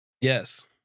Yes